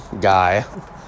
guy